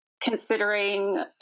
considering